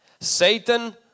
Satan